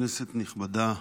כנסת נכבדה,